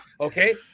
Okay